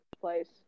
place